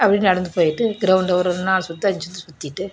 அப்படியே நடந்து போயிட்டு கிரௌண்டை ஒரு நாலு சுற்று அஞ்சு சுற்று சுற்றிட்டு